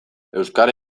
euskara